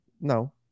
No